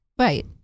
Right